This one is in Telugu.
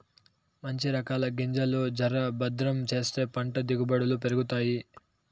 మంచి రకాల గింజలు జర భద్రం చేస్తే పంట దిగుబడులు పెరుగుతాయి